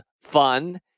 fun